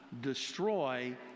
destroy